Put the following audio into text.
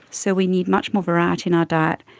so we need much more variety in our diet.